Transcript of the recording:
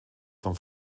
vom